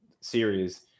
series